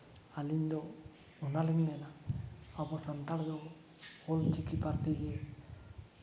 ᱟᱹᱞᱤᱧ ᱫᱚ ᱚᱱᱟᱞᱤᱧ ᱢᱮᱱᱟ ᱟᱵᱚ ᱥᱟᱱᱛᱟᱲ ᱫᱚ ᱚᱞ ᱪᱤᱠᱤ ᱯᱟᱹᱨᱥᱤ ᱜᱮ